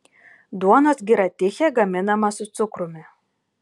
duonos gira tichė gaminama su cukrumi